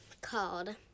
called